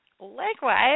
Likewise